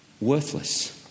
worthless